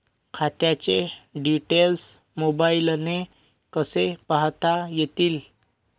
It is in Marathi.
खात्याचे डिटेल्स मोबाईलने कसे पाहता येतील?